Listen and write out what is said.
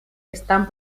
están